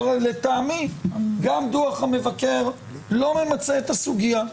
אבל לטעמי גם דוח המבקר לא ממצה את הסוגיה.